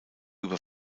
über